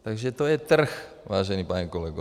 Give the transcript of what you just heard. Takže to je trh, vážený pane kolego.